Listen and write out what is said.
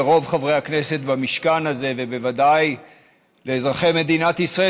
לרוב חברי הכנסת במשכן הזה ובוודאי לאזרחי מדינת ישראל,